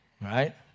right